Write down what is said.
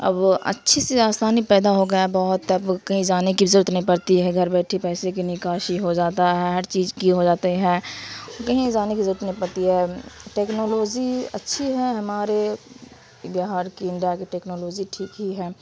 اب اچھی سی آسانی پیدا ہو گیا ہے بہت اب کہیں جانے کی ضرورت نہیں پڑتی ہے گھر بیٹھے پیسے کی نکاسی ہو جاتا ہے ہر چیز کی ہو جاتی ہے کہیں جانے کی ضرورت نہیں پڑتی ہے ٹیکنالوجی اچھی ہے ہمارے بہار کی انڈیا کی ٹیکنالوجی ٹھیک ہی ہے